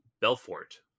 belfort